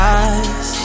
eyes